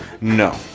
No